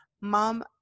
mom